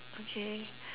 okay